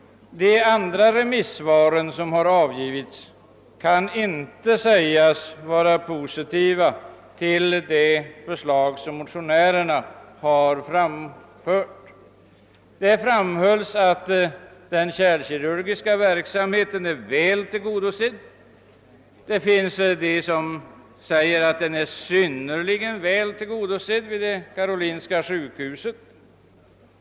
De andra remissvar som avgivits kan inte sägas vara positiva till motionärernas förslag. Man har framhållit att den kärlkirurgiska verksamheten här i landet är väl tillgodosedd — ja, t.o.m. att den är synnerligen väl tillgodosedd vid Karolinska sjukhuset.